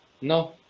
No